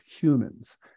humans